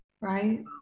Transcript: right